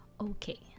okay